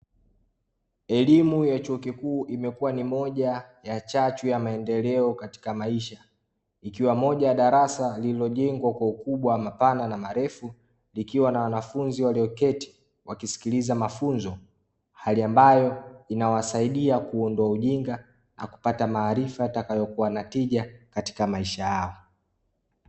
Elimu ya chuo kikuu imekuwa ni moja ya chachu ya maendeleo katika maisha. Ikiwa ni moja ya darasa lililojengwa kwa ukubwa wa mapana na marefu. Likiwa na wanafunzi walioketi wakisikiliza mafunzo, hali ambayo inawasaidia kuondoa ujinga na kupata maarifa yatakayokuwa na tija katika maisha yao.